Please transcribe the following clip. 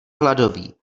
hladový